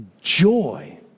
joy